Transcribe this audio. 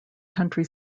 country